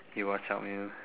you watch out man